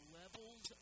levels